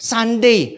Sunday